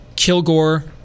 Kilgore